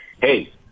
hey